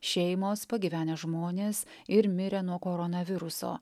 šeimos pagyvenę žmonės ir mirę nuo koronaviruso